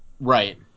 Right